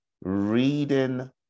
reading